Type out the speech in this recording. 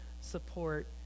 support